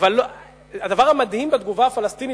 אבל הדבר המדהים בתגובה הפלסטינית,